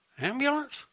Ambulance